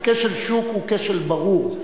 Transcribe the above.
כשל השוק הוא כשל ברור,